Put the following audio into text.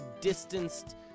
distanced